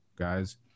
guys